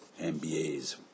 MBAs